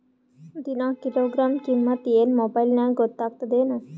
ದಿನಾ ಕಿಲೋಗ್ರಾಂ ಕಿಮ್ಮತ್ ಏನ್ ಮೊಬೈಲ್ ನ್ಯಾಗ ಗೊತ್ತಾಗತ್ತದೇನು?